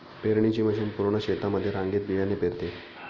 पेरणीची मशीन पूर्ण शेतामध्ये रांगेत बियाणे पेरते